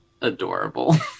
adorable